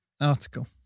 article